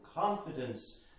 confidence